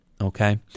okay